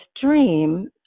dream